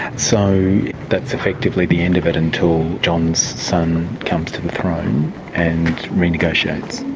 so that's effectively the end of it until john's son comes to the throne and renegotiates.